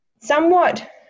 somewhat